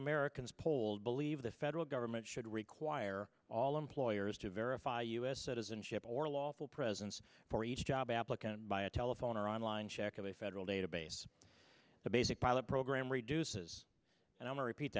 americans polled believe the federal government should require all employers to verify u s citizenship or lawful presence for each job applicant by a telephone or online check of a federal database the basic pilot program reduces and i'll repeat